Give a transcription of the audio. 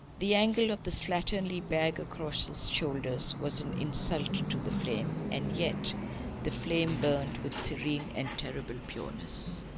the angle of the slatternly bag across his shoulders was an insult to the flame. and yet the flame burned with serene and terrible pureness.